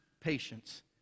patience